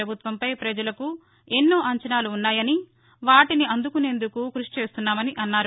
పభుత్వం పై ప్రజలకు ఎన్నో అంచనాలు ఉ న్నాయని వాటీని అందుకునేందుకు కృషి చేస్తున్నామని అన్నారు